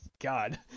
God